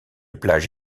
plage